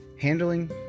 Handling